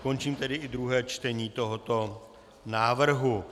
Končím tedy i druhé čtení tohoto návrhu.